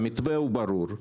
המתווה ברור.